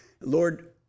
Lord